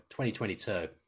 2022